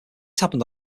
happened